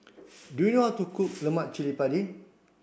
do you how to cook Lemak Cili Padi